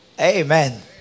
Amen